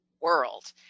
world